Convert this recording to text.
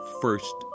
first